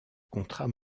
contrat